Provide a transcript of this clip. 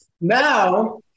Now